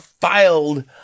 filed